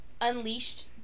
unleashed